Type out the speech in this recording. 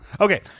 Okay